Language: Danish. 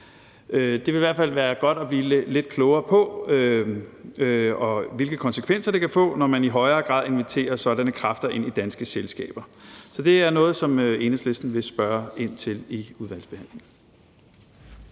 Det vil i hvert fald være godt at blive lidt klogere på, hvilke konsekvenser det kan få, når man i højere grad inviterer sådanne kræfter ind i danske selskaber. Så det er noget, Enhedslisten vil spørge ind til i udvalgsbehandlingen.